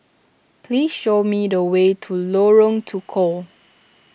please show me the way to Lorong Tukol